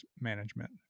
management